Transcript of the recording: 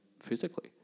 physically